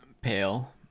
Pale